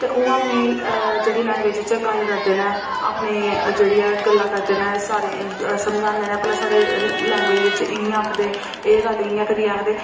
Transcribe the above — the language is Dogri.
ते ओह् अपनी जेह्ड़ी लैंग्वेज़ च गल्ल करदे न अपनी जेह्ड़ी ऐ गल्लां करदे न सारें ई समझांदे न भला साढ़े लैंग्वेज़ च इ'यां आखदे एह् गल्ल इ'यां करियै आखदे